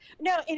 No